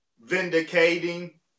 Vindicating